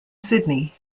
sydney